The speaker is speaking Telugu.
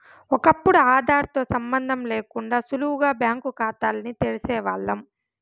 ఒకప్పుడు ఆదార్ తో సంబందం లేకుండా సులువుగా బ్యాంకు కాతాల్ని తెరిసేవాల్లం